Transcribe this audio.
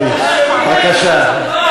בבקשה.